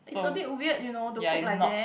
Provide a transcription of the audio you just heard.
is a bit weird you know to cook like that